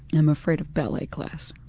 i'm afraid of ballet class.